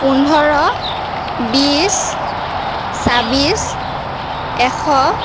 পোন্ধৰ বিছ ছাব্বিছ এশ